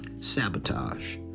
sabotage